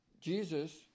Jesus